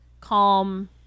calm